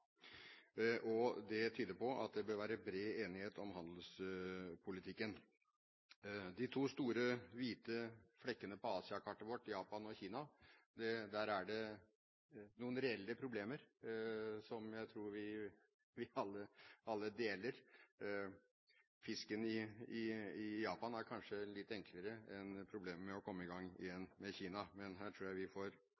og arbeidstakerrettigheter, når man oppgraderer disse avtalene. Det er bra. Det tyder på at det bør være bred enighet om handelspolitikken. Når det gjelder de to store hvite flekkene på Asia-kartet vårt, Japan og Kina, er det der noen reelle problemer som jeg tror vi alle ser. Fisken i Japan er kanskje et litt enklere problem enn det å komme i gang igjen